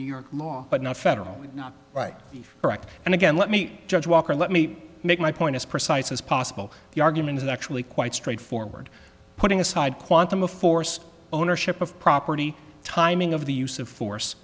new york law but not federal would not write the fact and again let me judge walker let me make my point as precise as possible the argument is actually quite straightforward putting aside quantum of force ownership of property timing of the use of force